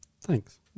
thanks